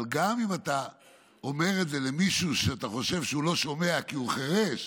אבל גם אם אתה אומר את זה למישהו שאתה חושב שהוא לא שומע כי הוא חירש,